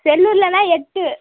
செல்லூர்லன்னா எட்டு